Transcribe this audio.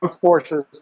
forces